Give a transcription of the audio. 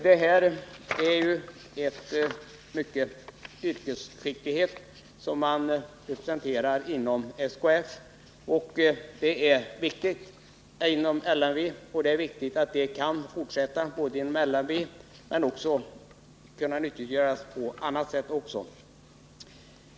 Det är alltså en mycket stor yrkesskicklighet som representeras inom LMV, och det är viktigt att denna även fortsättningsvis kommer att kunna tas till vara inom LMV eller på annat sätt.